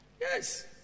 Yes